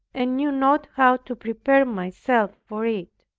and knew not how to prepare myself for it.